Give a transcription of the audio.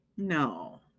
no